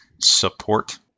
support